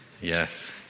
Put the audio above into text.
Yes